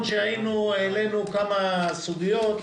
העלינו כמה סוגיות,